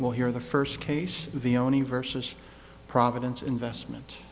well here the first case of the only versus providence investment